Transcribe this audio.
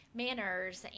manners